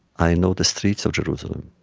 i know the streets of jerusalem,